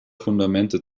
fundamente